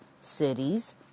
cities